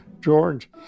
George